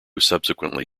subsequently